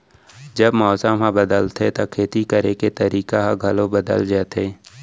जब मौसम ह बदलथे त खेती करे के तरीका ह घलो बदल जथे?